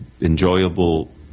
enjoyable